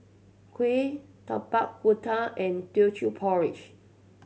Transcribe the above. kuih Tapak Kuda and Teochew Porridge